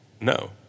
no